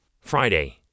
Friday